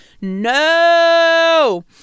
no